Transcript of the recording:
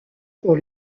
pour